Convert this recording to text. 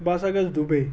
بہٕ ہَسا گژھٕ دوٗبی